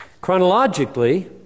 Chronologically